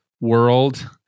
world